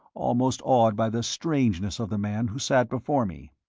almost awed by the strangeness of the man who sat before me.